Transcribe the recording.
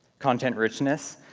content-richness,